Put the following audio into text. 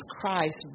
Christ